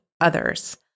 others